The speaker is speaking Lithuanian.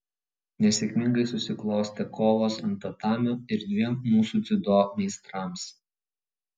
nesėkmingai susiklostė kovos ant tatamio ir dviem mūsų dziudo meistrams